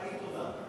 רק להגיד תודה.